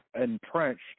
entrenched